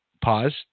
pause